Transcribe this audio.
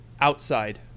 outside